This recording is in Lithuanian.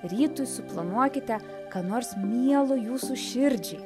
rytui suplanuokite ką nors mielo jūsų širdžiai